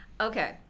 Okay